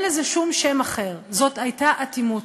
אין לזה שום שם אחר, זאת הייתה אטימות.